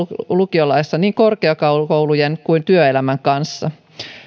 lukiolaissa niin korkeakoulujen kuin työelämän kanssa